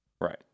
Right